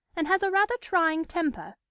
and has a rather trying temper.